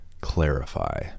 clarify